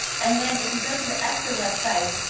and then if you go to the ecta website,